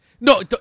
No